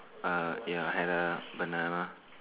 uh ya had a banana